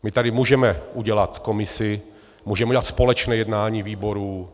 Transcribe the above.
My tady můžeme udělat komisi, můžeme udělat společné jednání výborů.